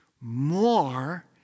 more